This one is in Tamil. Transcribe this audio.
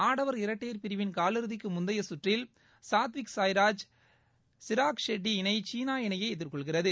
ஆடவர் இரட்டையர் பிரிவின் காலிறுதிக்கு முந்தைய கற்றில் சாத்விக் சாய்ராஜ் சீராக் ஷெட்டி இணை சீனா இணையை எதிர்கொள்கிறது